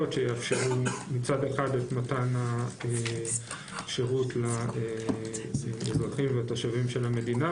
שיאפשרו מצד אחד את מתן השירות לאזרחים והתושבים של המדינה,